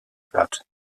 blatt